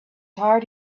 heart